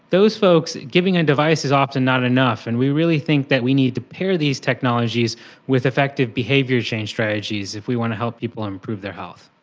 those folks giving a device is often not enough. and we really think that we need to pair these technologies with effective behaviour change strategies if we want to help people improve their health.